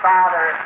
Father